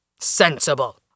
sensible